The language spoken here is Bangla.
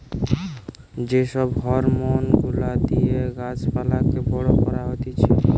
যে সব হরমোন গুলা দিয়ে গাছ পালাকে বড় করা হতিছে